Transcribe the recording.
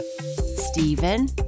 Stephen